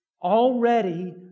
Already